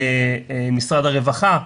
משרד הרווחה,